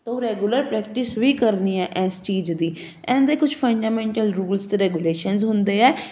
ਤੋ regular practice ਵੀ ਕਰਨੀ ਐ ਐਸ ਚੀਜ਼ ਦੀ ਕੁਝ ਫੰਡਾਮੈਂਟਲ ਰੂਲਸ ਰੈਗੂਲੇਸ਼ਨ ਹੁੰਦੇ ਐ ਕੀ